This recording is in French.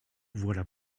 voilà